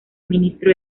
ministro